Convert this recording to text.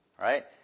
right